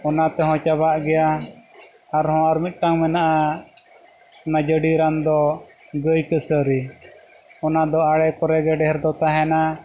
ᱚᱱᱟ ᱛᱮᱦᱚᱸ ᱪᱟᱵᱟᱜ ᱜᱮᱭᱟ ᱟᱨᱦᱚᱸ ᱟᱨ ᱢᱤᱫᱴᱟᱝ ᱢᱮᱱᱟᱜᱼᱟ ᱚᱱᱟ ᱡᱟᱹᱰᱤ ᱨᱟᱱ ᱫᱚ ᱜᱟᱹᱭ ᱠᱟᱹᱥᱟᱹᱨᱤ ᱚᱱᱟ ᱫᱚ ᱟᱲᱮ ᱠᱚᱨᱮ ᱜᱮ ᱰᱷᱮᱨ ᱫᱚ ᱛᱟᱦᱮᱱᱟ